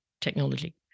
technology